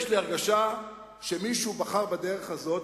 יש לי הרגשה שמישהו בחר בדרך הזאת.